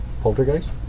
Poltergeist